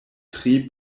tri